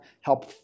Help